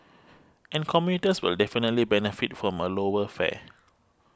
and commuters will definitely benefit from a lower fare